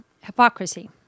hypocrisy